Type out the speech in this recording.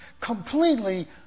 completely